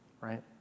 right